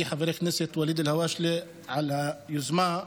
חבר הכנסת ואליד אלהואשלה על היוזמה,